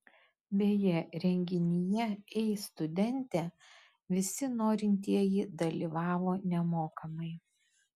beje renginyje ei studente visi norintieji dalyvavo nemokamai